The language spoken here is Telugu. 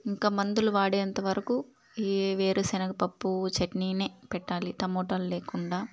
ఇంకా మందులు వాడేంతవరకు ఈ వేరుశెనగ పప్పు చట్నీనే పెట్టాలి టమోటాలు లేకుండా